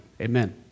Amen